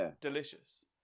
delicious